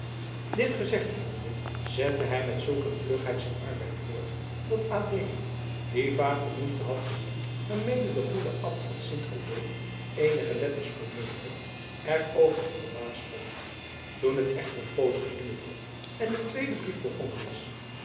dit gezegd hebbende zette hij met zulk een vlugheid zijn arbeid voort dat adeelen die vaak de moeite had gezien waarmede de goede abt van sint odulf eenige letters formeerde er over verbaasd stond toen het echter een poos geduurd had en de tweede brief begonnen was